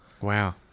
Wow